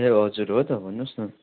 ए हजुर हो त भन्नुहोस् न